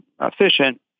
efficient